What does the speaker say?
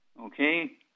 okay